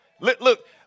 Look